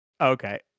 Okay